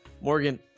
Morgan